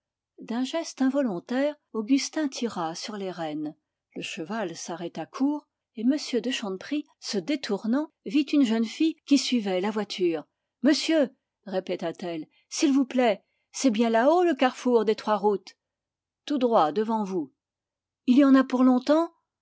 d'un geste involontaire augustin tira sur les rênes le cheval s'arrêta court et m de chanteprie se détournant vit une jeune fille qui suivait la voiture monsieur répéta-t-elle s'il vous plaît c'est bien làhaut le carrefour des trois routes tout droit devant vous il y en a pour longtemps